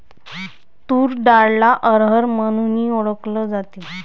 तूर डाळला अरहर म्हणूनही ओळखल जाते